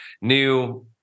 new